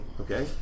Okay